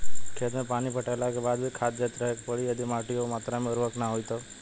खेत मे पानी पटैला के बाद भी खाद देते रहे के पड़ी यदि माटी ओ मात्रा मे उर्वरक ना होई तब?